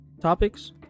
topics